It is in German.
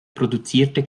produzierte